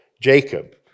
Jacob